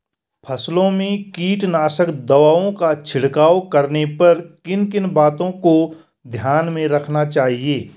फसलों में कीटनाशक दवाओं का छिड़काव करने पर किन किन बातों को ध्यान में रखना चाहिए?